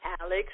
Alex